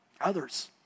others